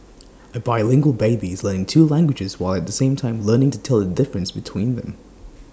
A bilingual baby is learning two languages while at the same time learning to tell the difference between them